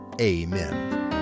Amen